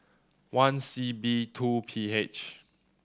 one C B two P H